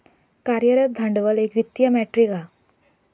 कार्यरत भांडवल एक वित्तीय मेट्रीक हा